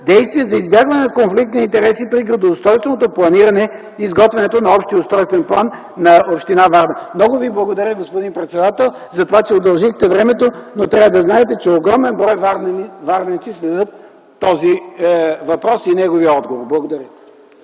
действия за избягване на конфликт на интереси при градоустройственото планиране при изготвянето на общия устройствен план на община Варна? Господин председател, много Ви благодаря за това, че удължихте времето. Но трябва да знаете, че огромен брой варненци следят този въпрос и неговия отговор. Благодаря.